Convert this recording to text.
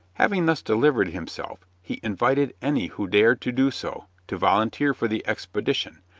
having thus delivered himself, he invited any who dared to do so to volunteer for the expedition,